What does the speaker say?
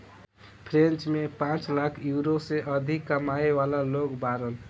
French में पांच lakh euro से अधिक कमाए वाला लोग बाड़न